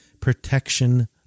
protection